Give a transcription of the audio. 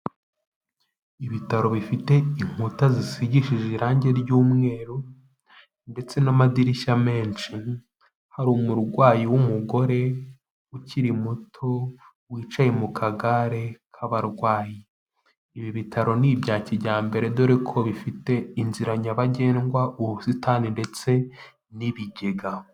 Ibitaro bifite inkuta zisigishije irangi ry'umweru ndetse n'amadirishya menshi, hari umurwayi w'umugore ukiri muto wicaye mu kagare k'abarwayi, ibi bitaro ni ibya kijyambere dore ko bifite inzira nyabagendwa ubusitani ndetse n'ibigega.